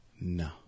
No